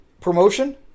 promotion